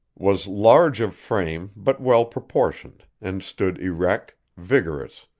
was large of frame but well-proportioned, and stood erect, vigorous,